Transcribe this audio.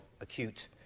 acute